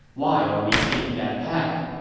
why are we taking that path?